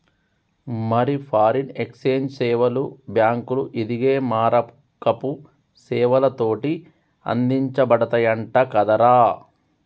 మరి foreign exchange సేవలు బాంకులు, ఇదిగే మారకపు సేవలతోటి అందించబడతయంట కదరా